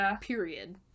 period